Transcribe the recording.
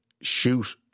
Shoot